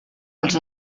dels